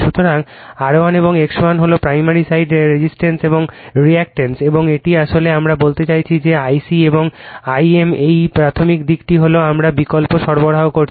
সুতরাং R1 এবং X1 হল প্রাইমারি সাইড রেজিস্ট্যান্স এবং রিঅ্যাক্ট্যান্স এবং এটি আসলে আমরা বলতে চাচ্ছি যে Ic এবং Im এই প্রাথমিক দিকটি হল আমরা বিকল্প সরবরাহ করছি